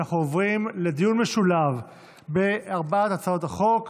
אנחנו עוברים לדיון משולב בארבע הצעות חוק